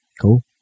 Cool